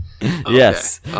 yes